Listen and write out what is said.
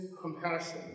compassion